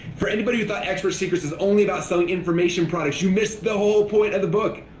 for anybody who thought expert secrets was only about selling information products, you missed the whole point of the book.